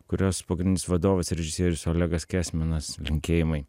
kurios pagrindinis vadovas režisierius olegas kesminas linkėjimai